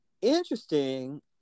interesting